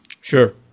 Sure